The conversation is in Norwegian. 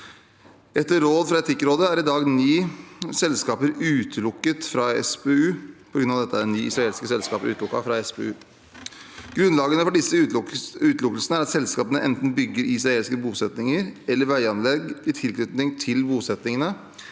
Etter råd fra Etikkrådet er i dag ni selskaper utelukket fra SPU. Grunnlaget for disse utelukkelsene er at selskapene enten bygger israelske bosettinger eller veianlegg i tilknytning til bosettingene,